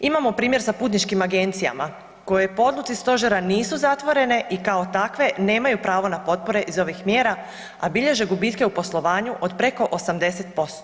Imamo primjer sa putničkim agencijama koje po odluci stožera nisu zatvorene i kao takve nemaju pravo na potpore iz ovih mjera, a bilježe gubitke u poslovanju od preko 80%